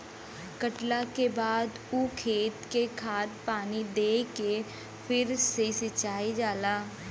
कटला के बाद ऊ खेत के खाद पानी दे के फ़िर से सिंचल जाला